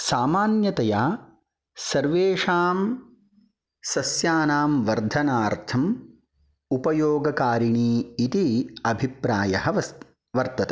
सामान्यतया सर्वेषां सस्यानां वर्धनार्थम् उपयोगकारिणी इति अभिप्रायः वस् वर्तते